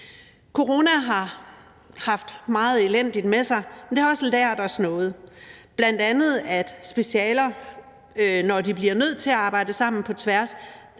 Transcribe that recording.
Corona har bragt meget elendigt med sig, men det har også lært os noget. Bl.a. er der, i forbindelse med at specialer bliver nødt til at arbejde sammen på tværs,